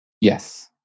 Yes